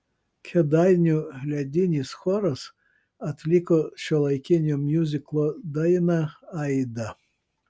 kėdainių ledinis choras atliko šiuolaikinio miuziklo dainą aida